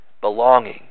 belonging